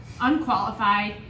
unqualified